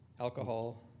alcohol